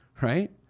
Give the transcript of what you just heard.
right